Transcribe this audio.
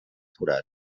forat